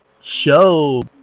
show